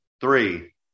three